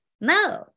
no